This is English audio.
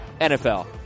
NFL